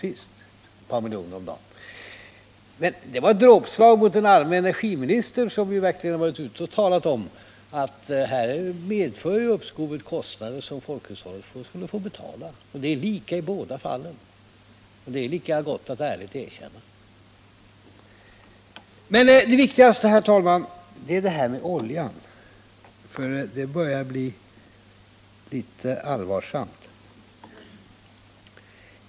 Detta måste vara ett dråpslag för den arme energiministern, som verkligen har varit ute och talat om att uppskovet medför kostnader som folkhushållet skall få betala. Det är samma resonemang i båda fallen, och det är lika gott att ärligt erkänna det. Men det viktigaste, herr talman, är debatten om oljan, för den börjar bli litet allvarsam.